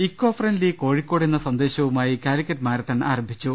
eco-friendly Kozhikode എന്ന സന്ദേശവുമായി Calicut marathon ആരംഭിച്ചു